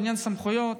בעניין סמכויות,